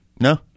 No